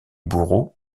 bourreaux